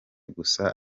gusa